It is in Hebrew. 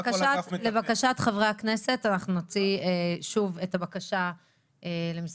לבקשת חברי הכנסת אנחנו נוציא שוב את הבקשה למשרד